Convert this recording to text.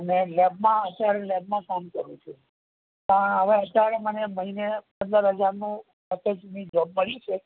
અને લેબમાં અત્યારે લેબમાં કામ કરું છુ પણ હવે અત્યારે મને મહિને પંદર હજારનું પેકેજની જોબ મળી છે